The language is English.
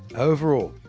overall,